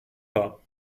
pas